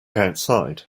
outside